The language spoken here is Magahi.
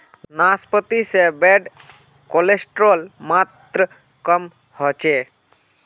नाश्पाती से बैड कोलेस्ट्रोल मात्र कम होचे